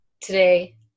today